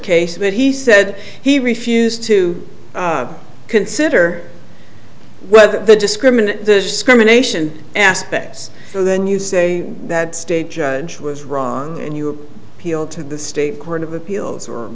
case but he said he refused to consider well the discriminant the discrimination aspects so then you say that state judge was wrong and you peel to the state court of appeals or